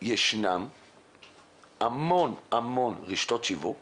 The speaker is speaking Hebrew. יש המון רשתות שיווק